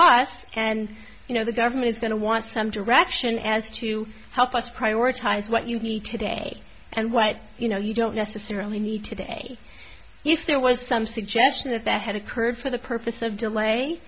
us and you know the government is going to want some direction as to help us prioritize what you need today and what you know you don't necessarily need today if there was some suggestion that that had occurred for the purpose of delay